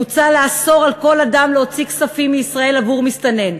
מוצע לאסור על כל אדם להוציא כספים מישראל עבור מסתנן.